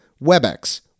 Webex